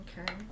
Okay